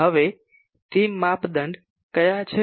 હવે તે માપદંડ કયા છે